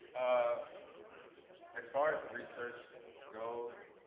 ah as far as research goes,